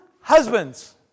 husbands